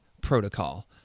Protocol